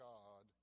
God